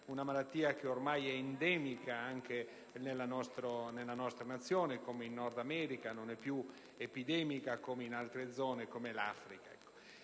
una malattia ormai endemica anche nella nostra Nazione, come in Nord America, e non più epidemica come in altre zone quali l'Africa.